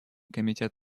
комитет